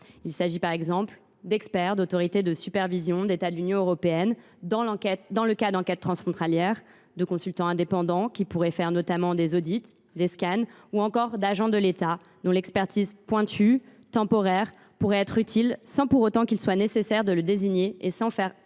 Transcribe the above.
Il s’agit par exemple d’experts d’autorités de supervision d’États de l’Union européenne dans le cas d’enquêtes transfrontalières, de consultants indépendants qui pourraient faire notamment des audits, des scans, ou encore d’agents de l’État dont l’expertise pointue pourrait être temporairement utile, sans pour autant qu’il soit nécessaire de les désigner et de les assermenter